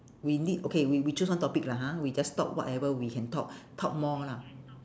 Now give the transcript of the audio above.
we need okay we we choose one topic lah ha we just talk whatever we can talk talk more lah